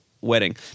wedding